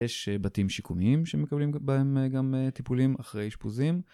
יש בתים שיקומיים שמקבלים בהם גם טיפולים אחרי אשפוזים.